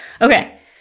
Okay